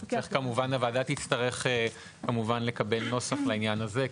כמובן שהוועדה תצטרך לקבל נוסח לעניין הזה,